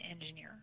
engineer